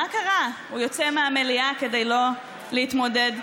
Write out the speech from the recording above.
ודברם איומים אחרים שראינו כאן